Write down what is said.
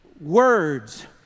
words